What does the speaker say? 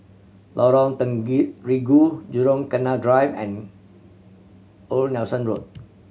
Lorong Jurong Canal Drive and Old Nelson Road